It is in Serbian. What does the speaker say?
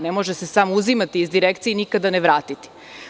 Ne može se samo uzimati iz Direkcije i nikada ne vratiti.